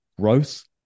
growth